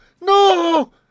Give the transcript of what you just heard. no